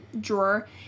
drawer